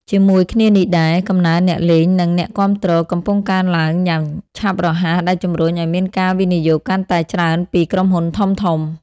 ជាមួយគ្នានេះដែរ កំណើនអ្នកលេង និងអ្នកគាំទ្រ កំពុងកើនឡើងយ៉ាងឆាប់រហ័ស ដែលជំរុញឱ្យមានការវិនិយោគកាន់តែច្រើនពី ក្រុមហ៊ុនធំៗ។